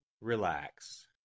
Relax